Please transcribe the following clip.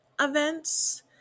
events